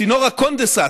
צינור הקונדנסט,